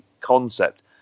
concept